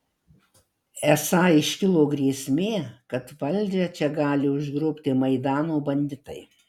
esą iškilo grėsmė kad valdžią čia gali užgrobti maidano banditai